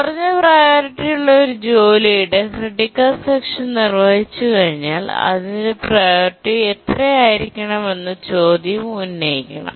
കുറഞ്ഞ പ്രിയോറിറ്റിയുള്ള ഒരു ജോലിയുടെ ക്രിട്ടിക്കൽ സെക്ഷൻ നിർവ്വഹിച്ചുകഴിഞ്ഞാൽ അതിന്റെ പ്രിയോറിറ്റി എത്രയായിരിക്കണം എന്ന ചോദ്യം ഉന്നയിക്കണം